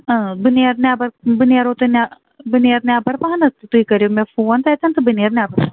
بہٕ نیرٕ نٮ۪بَربہٕ نیرہو تۅہہِ بہٕ نیرٕ نٮ۪بَر پہم تُہۍ کٔرِو مےٚ فون تتٮ۪ن تہٕ بہِ نیرٕ نٮ۪بَر